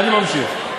אני ממשיך.